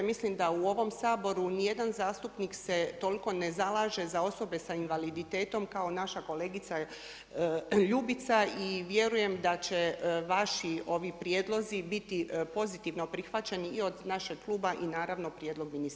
Mislim da u ovom Saboru nijedan zastupnik se toliko ne zalaže za osobe sa invaliditetom kao naša kolegica Ljubica i vjerujem da će vaši prijedlozi biti pozitivno prihvaćeni i od našeg kluba i naravno prijedlog ministarstva.